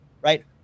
right